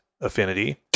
affinity